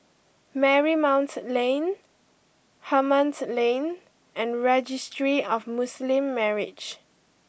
Marymount Lane Hemmant Lane and Registry of Muslim Marriages